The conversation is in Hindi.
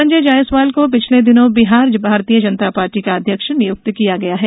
संजय जायसवाल को पिछले दिनों बिहार भारतीय जनता पार्टी का अध्यक्ष नियुक्त किया गया है